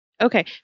Okay